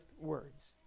words